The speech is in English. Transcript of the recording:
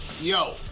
Yo